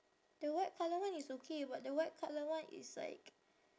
the white colour one is okay but the white colour one is like